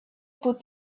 put